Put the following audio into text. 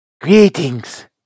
Greetings